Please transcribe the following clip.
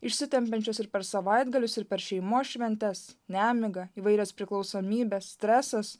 išsitempiančios ir per savaitgalius ir per šeimos šventes nemiga įvairios priklausomybės stresas